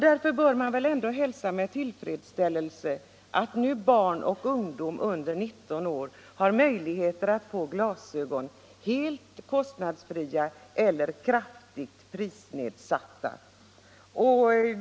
Därför bör man väl ändå hälsa med tillfredsställelse att barn och ungdom under 19 år nu har möjligheter att få glasögon helt kostnadsfritt eller till kraftigt nedsatta priser.